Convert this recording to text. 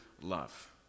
love